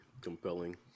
compelling